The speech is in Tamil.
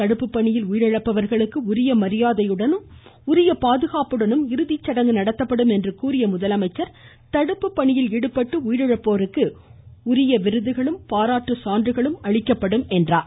தடுப்பு பணியில் உயிரிழப்பவர்களுக்கு உரிய மரியாதையுடன் உரிய பாதுகாப்புடனும் இறுதி சடங்கு நடத்தப்படும் என்று கூறிய அவர் தடுப்பு பணியில் ஈடுபட்டு உயிரிழப்போருக்கு உயிய விருது பாராட்டு சான்றுகள் வழங்கப்படும் என்றார்